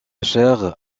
chaire